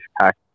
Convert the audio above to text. pack